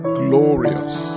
glorious